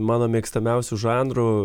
mano mėgstamiausių žanrų